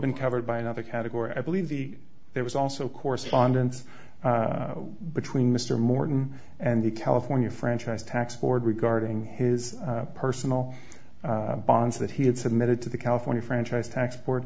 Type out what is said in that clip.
been covered by another category i believe the there was also correspondence between mr morton and the california franchise tax board regarding his personal bonds that he had submitted to the california franchise tax